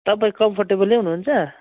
तपाईँ कम्फोर्टेबलै हुनुहुन्छ